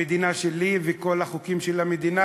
המדינה שלי וכל החוקים של המדינה,